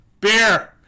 beer